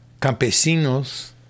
campesinos